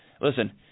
Listen